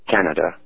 Canada